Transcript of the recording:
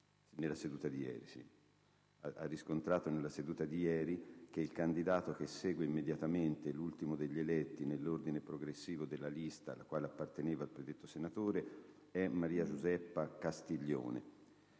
Salvatore Cuffaro, ha riscontrato, nella seduta di ieri, che il candidato che segue immediatamente l'ultimo degli eletti nell'ordine progressivo della lista alla quale apparteneva il predetto senatore è Maria Giuseppa Castiglione.